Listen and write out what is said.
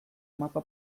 mapa